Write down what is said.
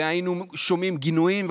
היינו שומעים גינויים.